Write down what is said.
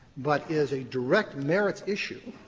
but is a direct merits issue,